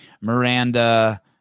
Miranda